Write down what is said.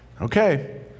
Okay